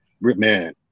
man